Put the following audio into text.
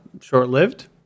Short-lived